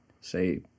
say